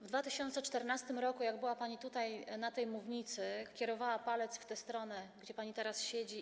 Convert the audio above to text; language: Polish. W 2014 r., jak była pani tutaj na tej mównicy, kierowała pani palec w tę stronę, gdzie pani teraz siedzi.